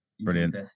Brilliant